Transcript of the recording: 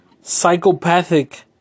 psychopathic